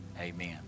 Amen